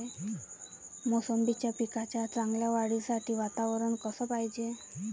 मोसंबीच्या पिकाच्या चांगल्या वाढीसाठी वातावरन कस पायजे?